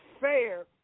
fair